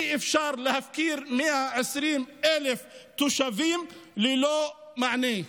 אי-אפשר להפקיר 120,000 תושבים ללא מענה.